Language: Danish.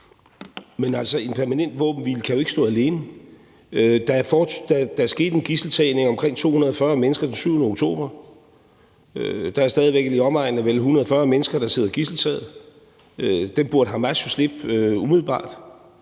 Men altså, en permanent våbenhvile kan jo ikke stå alene. Der er sket en gidseltagning af omkring 240 mennesker den 7. oktober. Der er stadig væk i omegnen af vel 140 mennesker, der sidder gidseltaget. Dem burde Hamas jo slippe umiddelbart.